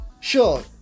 sure